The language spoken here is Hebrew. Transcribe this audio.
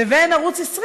לבין ערוץ 20: